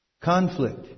conflict